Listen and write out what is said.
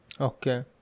Okay